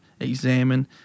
examine